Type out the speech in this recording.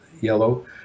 yellow